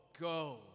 go